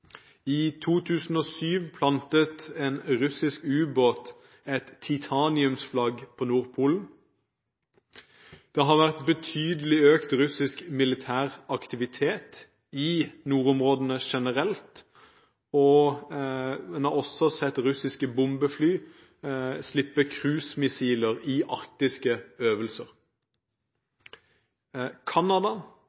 I 2007 plantet en russisk ubåt et titaniumsflagg på Nordpolen. Det har vært betydelig økt russisk militær aktivitet i nordområdene generelt. Man har også sett russiske bombefly sleppe cruisemissiler i arktiske øvelser.